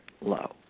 low